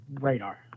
radar